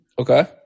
Okay